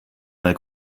mal